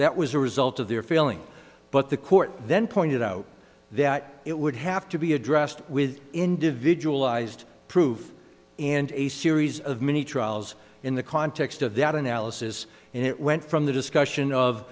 that was a result of their failing but the court then pointed out that it would have to be addressed with individualized proof and a series of mini trials in the context of that analysis and it went from the discussion of